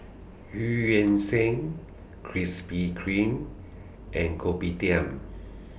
EU Yan Sang Krispy Kreme and Kopitiam